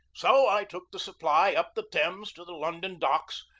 so i took the supply up the thames to the london docks,